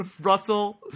Russell